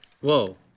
Whoa